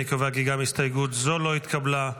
אני קובע כי גם הסתייגות זו לא התקבלה.